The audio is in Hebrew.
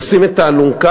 נושאים את האלונקה,